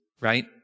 right